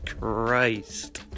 christ